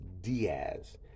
Diaz